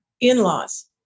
in-laws